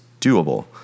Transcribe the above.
doable